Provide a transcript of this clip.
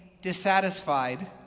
dissatisfied